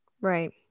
Right